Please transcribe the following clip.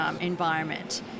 environment